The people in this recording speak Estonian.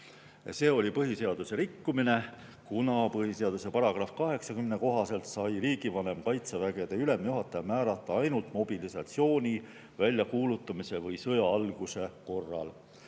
See oli põhiseaduse rikkumine, kuna põhiseaduse § 80 kohaselt sai riigivanem kaitsevägede ülemjuhataja määrata ainult mobilisatsiooni väljakuulutamise või sõja alguse korral.